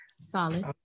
solid